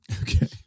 Okay